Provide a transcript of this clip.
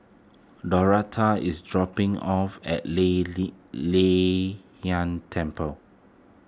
Doretha is dropping off at Lei Lei Yin Temple